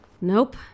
Nope